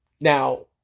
Now